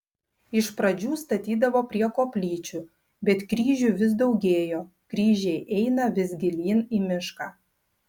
iš pradžių statydavo prie koplyčių bet kryžių vis daugėjo kryžiai eina vis gilyn į mišką